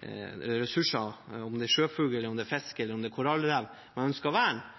ressurser, om det er sjøfugl eller om det er fisk eller om det er korallrev, man ønsker å verne,